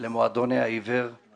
למועדוני העיוור, זה